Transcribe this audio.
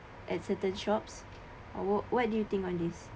at certain shop what what do you think on this